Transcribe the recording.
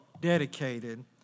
dedicated